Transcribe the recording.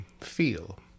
feel